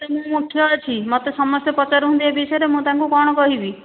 ମୁଁ ମୁଖ୍ୟ ଅଛି ମୋତେ ସମସ୍ତେ ପଚାରୁଛନ୍ତି ଏହି ବିଷୟରେ ମୁଁ ତାଙ୍କୁ କ'ଣ କହିବି